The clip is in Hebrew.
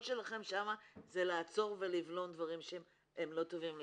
שלכם שם זה לעצור ולבלום דברים שהם לא טובים לישראל,